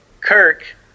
kirk